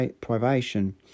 privation